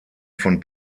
von